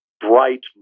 bright